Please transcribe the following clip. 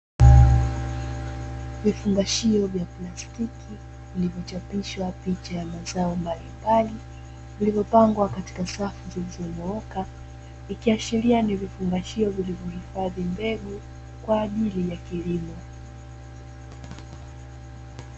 Vifungashio vya plastiki, vilivyochapishwa picha ya mazao mbalimbali, vilivopangwa katika safu zilizonyooka. Ikiashiria ni vifungashio vilivyohifadhi mbegu kwa ajili ya kilimo.